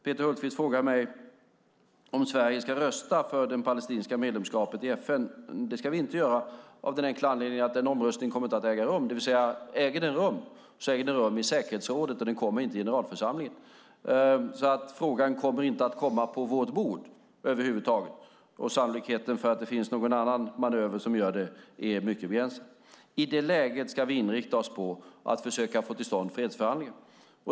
Peter Hultqvist frågar mig om Sverige ska rösta för det palestinska medlemskapet i FN. Det ska vi inte göra av den enkla anledningen att denna omröstning inte kommer att äga rum. Om den äger rum äger den rum i säkerhetsrådet. Den kommer inte i generalförsamlingen. Frågan kommer alltså inte att komma på vårt bord över huvud taget. Sannolikheten för att det finns någon annan manöver som gör det är mycket begränsad. I det läget ska vi inrikta oss på att försöka få till stånd fredsförhandlingar.